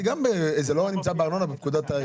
לא נמצא בארנונה, בפקודת העיריות.